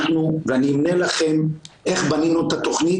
ואני אמנה לכם איך בנינו את התוכנית,